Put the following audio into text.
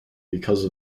because